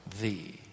thee